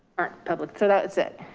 aren't public, so that's it.